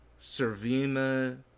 Servina